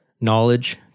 knowledge